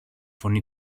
φωνή